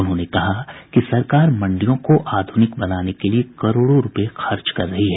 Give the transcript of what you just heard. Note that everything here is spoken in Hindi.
उन्होंने जोर देकर कहा कि सरकार मंडियों को आधुनिक बनाने के लिए करोड़ों रुपये खर्च कर रही है